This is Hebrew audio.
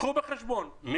קחו בחשבון,